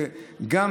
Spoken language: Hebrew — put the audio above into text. וגם